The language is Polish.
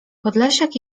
podlasiak